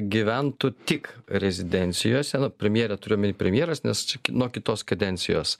gyventų tik rezidencijose nu premjerė turiu omeny premjeras nes čia nuo kitos kadencijos